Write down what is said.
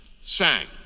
sang